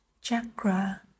chakra